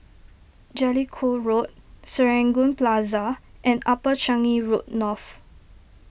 Jellicoe Road Serangoon Plaza and Upper Changi Road North